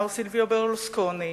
מר סילביו ברלוסקוני,